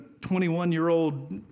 21-year-old